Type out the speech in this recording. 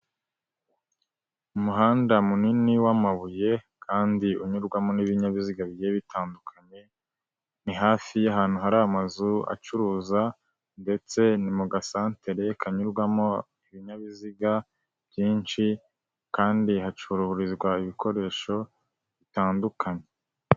Umuhanda munini w'amabuye kandi unyurwamo n'ibinyabiziga bigiye bitandukanye, ni hafi y'ahantu hari amazu acuruza ndetse ni mu gasantere kanyurwamo ibinyabiziga byinshi, kandi hacururizwa ibikoresho bitandukanye.